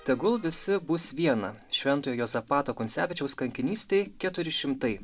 tegul visi bus viena šventojo juozapato kuncevičiaus kankinystei keturi šimtai